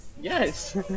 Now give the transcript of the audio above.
Yes